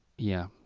yeah,